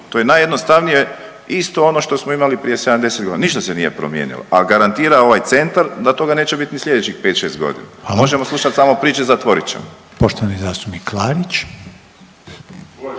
To je najjednostavnije isto ono što smo imali prije 70 godina, ništa se nije promijenilo a garantira ovaj centar da toga neće biti ni sljedećih pet, šest godina. Možemo slušat samo priče zatvorit ćemo.